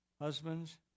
Husbands